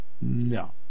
No